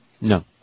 No